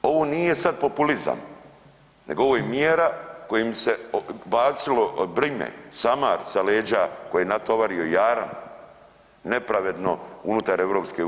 Ovo nije sad populizam, nego ovo je mjera kojom se odbacilo brime, samar sa leđa koji je natovario jaram nepravedno unutar EU.